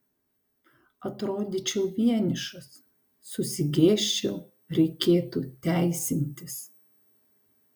atrodyčiau vienišas susigėsčiau reikėtų teisintis